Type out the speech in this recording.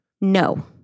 No